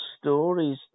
stories